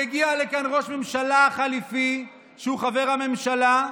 מגיע לכאן ראש ממשלה חליפי, שהוא חבר הממשלה,